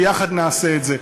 ויחד נעשה את זה.